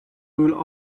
rule